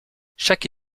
chaque